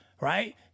Right